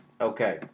Okay